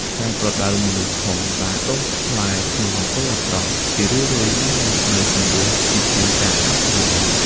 ការប្រដៅមនុស្សធំដែលដុះស្លែក្នុងអំពើអាក្រក់ ជារឿយៗនាំមកនូវជម្លោះជាជាងការកែប្រែ។